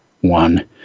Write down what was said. one